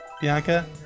bianca